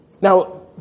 Now